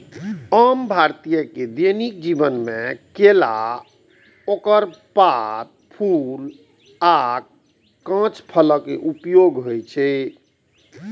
आम भारतीय के दैनिक जीवन मे केला, ओकर पात, फूल आ कांच फलक उपयोग होइ छै